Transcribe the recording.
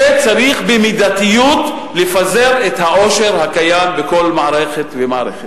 שצריך במידתיות לפזר את העושר הקיים בכל מערכת ומערכת.